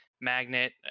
Magnet